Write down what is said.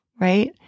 right